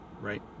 Right